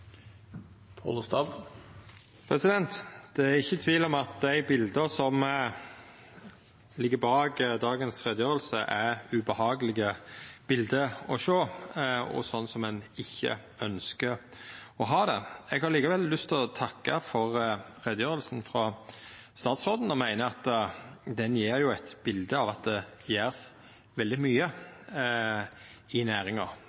sjå og slik ein ikkje ønskjer å ha det. Eg har likevel lyst til å takka for utgreiinga frå statsråden og meiner at ho gjev eit bilde av at ein gjer veldig mykje i næringa,